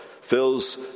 fills